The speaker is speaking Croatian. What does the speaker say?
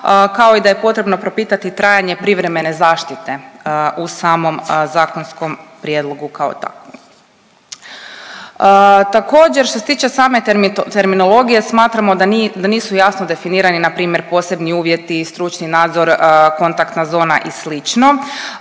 kao i da je potrebno propitati trajanje privremene zaštite u samom zakonskom prijedlogu kao takvom. Također što se tiče same terminologije smatramo da nisu jasno definirani npr. posebni uvjeti, stručni nadzor, kontaktna zona i